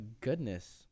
goodness